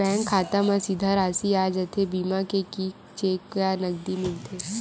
Bank खाता मा सीधा राशि आ जाथे बीमा के कि चेक या नकदी मिलथे?